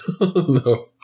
No